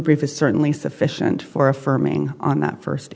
brief is certainly sufficient for affirming on that first